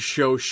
Show